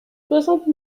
soixante